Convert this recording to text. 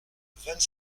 vingt